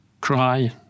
cry